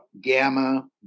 gamma